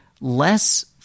less